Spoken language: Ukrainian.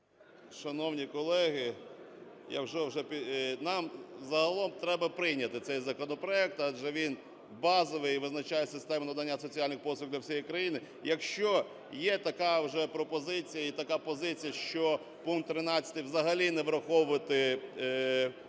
Шановні колеги, я вже… нам загалом треба прийняти цей законопроект, адже він базовий, визначає систему надання соціальних послуг для всієї країни. Якщо є така вже пропозиція і така позиція, що пункт 13 взагалі не враховувати